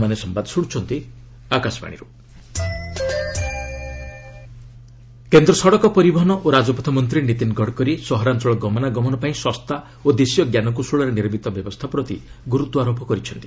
ମହା କନ୍ଫରେନ୍ସ ଏକୁପୋ କେନ୍ଦ୍ର ସଡ଼କ ପରିବହନ ଓ ରାଜପଥ ମନ୍ତ୍ରୀ ନୀତିନ ଗଡ଼କରୀ ସହରାଞ୍ଚଳ ଗମନାଗମନ ପାଇଁ ଶସ୍ତା ଓ ଦେଶୀୟ ଜ୍ଞାନକୌଶଳରେ ନିର୍ମିତ ବ୍ୟବସ୍ଥା ପ୍ରତି ଗୁରୁତ୍ୱ ଆରୋପ କରିଛନ୍ତି